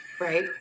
Right